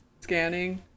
scanning